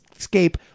escape